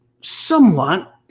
somewhat